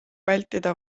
vältida